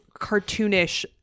cartoonish